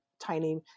tiny